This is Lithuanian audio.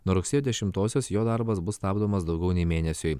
nuo rugsėjo dešimtosios jo darbas bus stabdomas daugiau nei mėnesiui